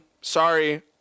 sorry